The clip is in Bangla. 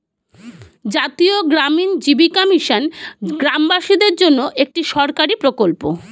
জাতীয় গ্রামীণ জীবিকা মিশন গ্রামবাসীদের জন্যে একটি সরকারি প্রকল্প